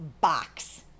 box